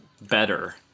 better